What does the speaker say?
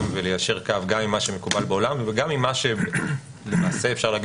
וליישר קו גם עם מה שמקובל בעולם וגם עם מה שאפשר להגיד